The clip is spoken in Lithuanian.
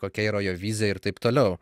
kokia yra jo vizija ir taip toliau